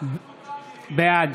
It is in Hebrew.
בעד